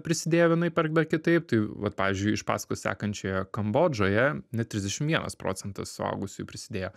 prisidėjo vienaip arba kitaip tai vat pavyzdžiui iš paskos sekančioje kambodžoje net trisdešim vienas procentas suaugusiųjų prisidėjo